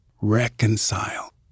reconcile